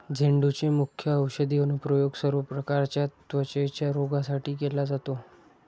झेंडूचे मुख्य औषधी अनुप्रयोग सर्व प्रकारच्या त्वचेच्या रोगांसाठी केला जातो